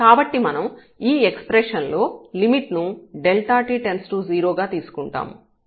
కాబట్టి మనం ఈ ఎక్స్ప్రెషన్ లో లిమిట్ ను ∆t→0 గా తీసుకుంటాము